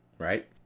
Right